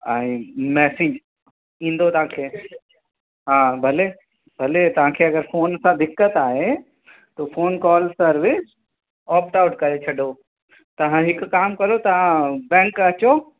ऐं मैसिज ईंदो तव्हांखे हा भले भले तव्हांखे अगरि फ़ोन तां दिक़त आहे तो phone call service opt out करे छॾियो तव्हां हिकु कमु करो तव्हां बैंक अचो